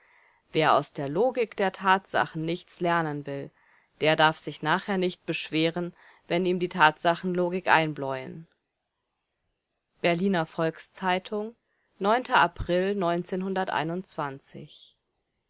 wer aus der logik der tatsachen nichts lernen will der darf sich nachher nicht beschweren wenn ihm die tatsachen logik einbleuen berliner volks-zeitung april